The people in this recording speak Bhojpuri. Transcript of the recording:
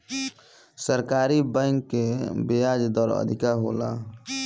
सरकारी बैंक कअ बियाज दर अधिका होला